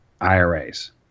IRAs